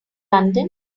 london